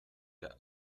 der